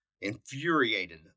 Infuriated